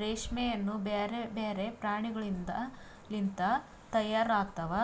ರೇಷ್ಮೆಯನ್ನು ಬ್ಯಾರೆ ಬ್ಯಾರೆ ಪ್ರಾಣಿಗೊಳಿಂದ್ ಲಿಂತ ತೈಯಾರ್ ಆತಾವ್